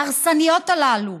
ההרסניות הללו,